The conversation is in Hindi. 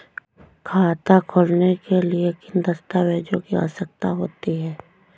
खाता खोलने के लिए किन दस्तावेजों की आवश्यकता होती है?